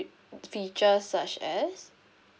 fee charge such as